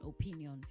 opinion